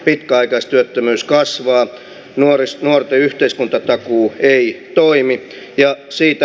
pitkäaikaistyöttömyys kasvaa nuorista yhteiskuntatakuu ei toimi ja siitä